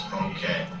okay